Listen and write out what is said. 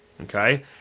Okay